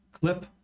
clip